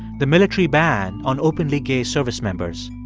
the military ban on openly gay service members.